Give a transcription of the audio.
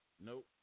Nope